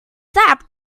sap